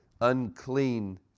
unclean